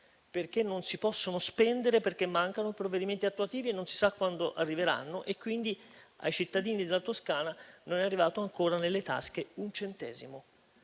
perché non si possono spendere, mancando i provvedimenti attuativi. Non si sa quando essi arriveranno e, quindi, ai cittadini della Toscana non è arrivato ancora nelle tasche un centesimo.